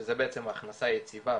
שזה בעצם ההכנסה היציבה,